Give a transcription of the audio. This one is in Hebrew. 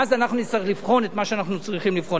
ואז אנחנו נצטרך לבחון את מה שאנחנו צריכים לבחון.